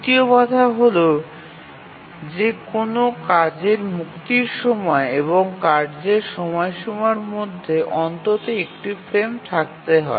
তৃতীয় বাধা হল যে কোনও কার্যের মুক্তির সময় এবং কার্যের সময়সীমার মধ্যে অন্তত একটি ফ্রেম থাকতে হয়